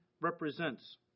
represents